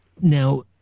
Now